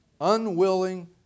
unwilling